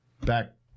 back